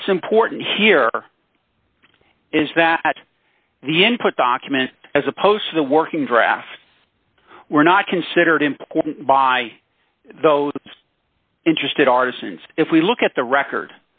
what's important here is that the input document as opposed to the working draft were not considered important by those interested artisans if we look at the record